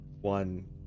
one